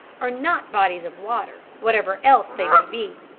are not bodies of water, whatever else they may be.